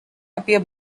appear